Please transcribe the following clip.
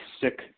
sick